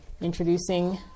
introducing